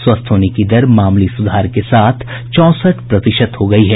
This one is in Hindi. स्वस्थ होने की दर मामूली सुधार के साथ चौंसठ प्रतिशत हो गयी है